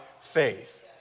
faith